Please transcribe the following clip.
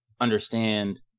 understand